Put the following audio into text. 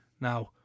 Now